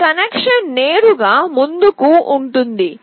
ఈ కనెక్షన్ నేరుగా ముందుకు ఉంటుంది